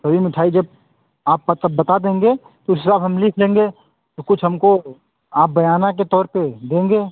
सभी मिठाई जब आप मतलब बता देंगे तो हिसाब हम लिख लेंगे तो कुछ हमको आप बयाना के तौर पर देंगे